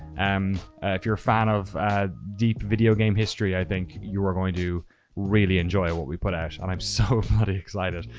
um if you're a fan of deep video game history, i think you are going to really enjoy what we put out. and i'm so bloody excited.